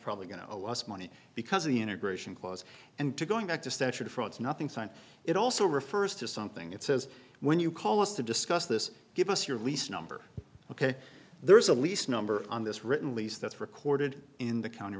probably going to a loss of money because of the integration close and to going back to statute fronts nothing sign it also refers to something it says when you call us to discuss this give us your lease number ok there is a lease number on this written lease that's recorded in the county